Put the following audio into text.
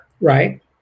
Right